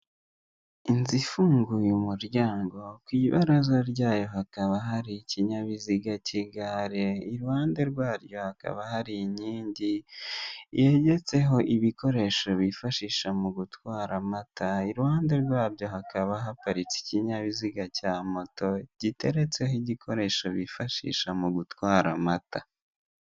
Inzu ifunguye umuryango ku ibaraza ryayo hakaba hari ikinyabiziga cy'igare, iruhande rwaryo hakaba hari inkingi, yegetseho ibikoresho bifashisha mu gutwara, amata iruhande rwabyo hakaba haparitse ikinyabiziga cya moto giteretseho igikoresho bifashisha mu gutwara amata.